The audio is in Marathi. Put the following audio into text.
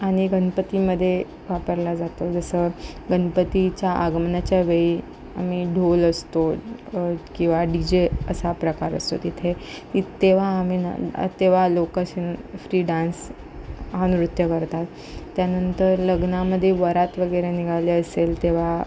आणि गनपतीमध्ये वापरला जातो जसं गनपतीच्या आगमनाच्या वेळी आम्ही ढोल असतो किंवा डी जे असा प्रकार असतो तिथे तेव्हा आम्ही ना तेव्हा लोकं अशी फ्री डान्स आ नृत्य करतात त्यानंतर लग्नामध्ये वरात वगैरे निघाली असेल तेव्हा